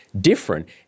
different